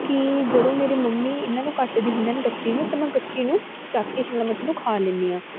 ਕਿ ਜਦੋਂ ਮੇਰੇ ਮੰਮੀ ਇਹਨਾਂ ਨੂੰ ਕੱਟਦੀ ਹੁੰਦੀ ਹਨ ਕੱਚੀ ਨੂੰ ਤਾਂ ਮੈਂ ਕੱਚੀ ਨੂੰ ਚੱਕ ਕੇ ਸ਼ਿਮਲਾ ਮਿਰਚ ਨੂੰ ਖਾ ਲੈਂਦੀ ਹਾਂ